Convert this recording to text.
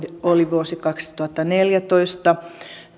oli vuosi kaksituhattaneljätoista